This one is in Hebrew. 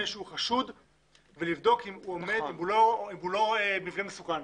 שהוא חשוד ולבדוק אם הוא לא מבנה מסוכן.